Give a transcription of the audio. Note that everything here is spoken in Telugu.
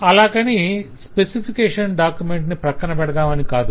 అలాగని స్పెసిఫికేషన్ డాక్యుమెంట్ ను ప్రక్కన పెడదామని కాదు